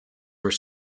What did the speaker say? were